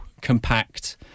compact